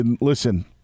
Listen